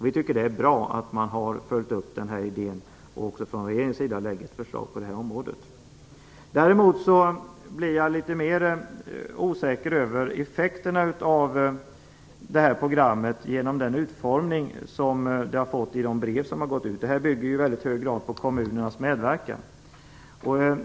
Vi tycker att det är bra att regeringen har följt upp den här idén och lägger fram ett förslag på detta område. Däremot blir jag litet osäker beträffande effekterna av programmet genom den utformning som det har fått. Programmet bygger i väldigt hög grad på kommunernas medverkan.